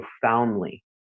profoundly